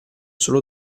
solo